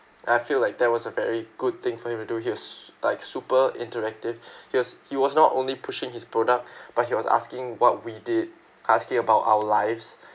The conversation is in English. I feel like that was a very good thing for him to do he was like super interactive he was he was not only pushing his product but he was asking what we did asking about our lives